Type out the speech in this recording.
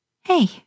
Hey